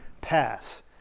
pass